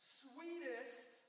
sweetest